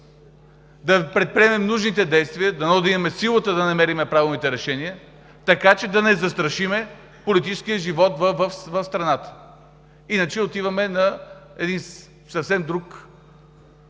да предприемем нужните действия – дано да имаме силата да намерим правилните решения, така че да не застрашим политическия живот в страната. Иначе, за съжаление, отиваме на един съвсем друг